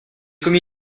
commis